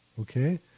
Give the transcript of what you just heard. Okay